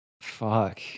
fuck